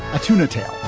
a tuna tale,